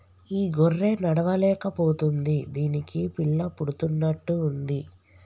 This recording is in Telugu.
ఈ గొర్రె నడవలేక పోతుంది దీనికి పిల్ల పుడుతున్నట్టు ఉంది